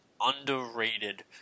underrated